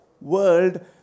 world